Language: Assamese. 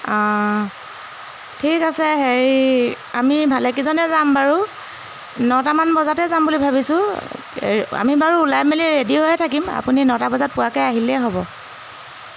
অঁ ঠিক আছে হেৰি আমি ভালেকেইজনে যাম বাৰু নটামান বজাতে যাম বুলি ভাবিছোঁ আমি বাৰু ওলাই মেলি ৰেডি হৈয়ে থাকিম আপুনি নটামান বজাত পোৱাকৈ আহিলেই হ'ব